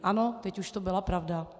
Ano, teď už to byla pravda.